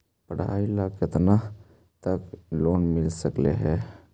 पढाई ल केतना तक लोन मिल सकले हे?